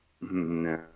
No